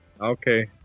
Okay